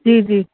जी जी